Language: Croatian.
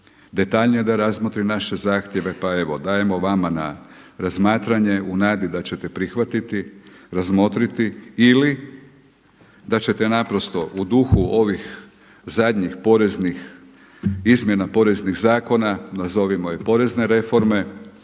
detaljnije da razmotri naše zahtjeve pa evo dajemo vama na razmatranje u nadi da ćete prihvatiti, razmotriti ili da ćete naprosto u duhu ovih zadnjih poreznih izmjena poreznih zakona, nazovimo je porezne reforme